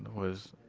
was,